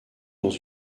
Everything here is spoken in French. dans